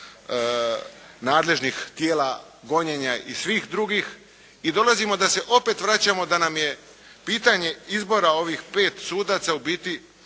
nadležnih tijela gonjenja i svih drugih i dolazimo da se opet vraćamo da nam je pitanje izbora ovih pet sudaca u biti